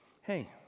Hey